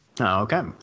Okay